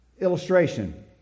illustration